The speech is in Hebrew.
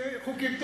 כי הם חוקים טובים,